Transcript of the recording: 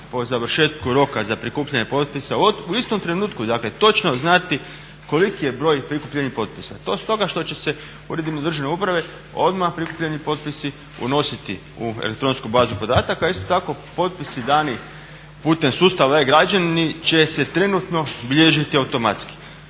po završetku roka za prikupljanje potpisa, u istom trenutku dakle točno znati koliki je broj prikupljenih potpisa, to stoga što će se uredima državne uprave odmah prikupljeni potpisi unositi u elektronsku bazu podataka, a isto tako potpisi dani putem sustava e-građani će se trenutno bilježiti automatski.